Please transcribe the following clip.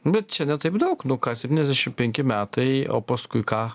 bet čia ne taip daug nu ką septyniasdešim penki metai o paskui ką